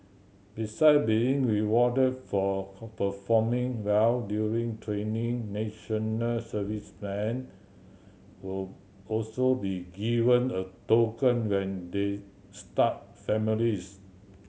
beside being rewarded for performing well during training national servicemen will also be given a token when they start families